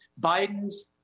Biden's